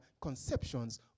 conceptions